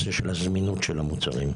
זמינות המוצרים.